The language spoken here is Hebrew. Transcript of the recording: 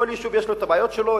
כל יישוב יש לו בעיות משלו,